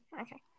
Okay